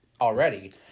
already